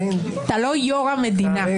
אתה לא יו"ר המדינה.